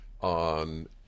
on